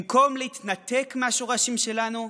במקום להתנתק מהשורשים שלנו,